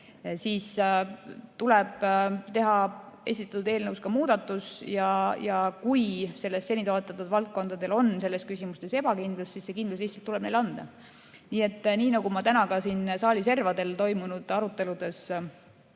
siis tuleb teha esitatud eelnõus muudatus, ja kui seni toetatud valdkondadel on selles küsimuses ebakindlust, siis lihtsalt tuleb neile kindlus anda. Nii nagu ma täna ka siin saali servadel toimunud aruteludes